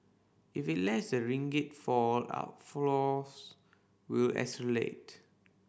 if it lets the ringgit fall outflows will accelerate